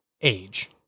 age